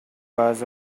was